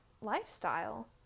lifestyle